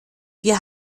wir